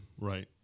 Right